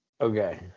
okay